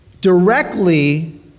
directly